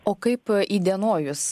o kaip įdienojus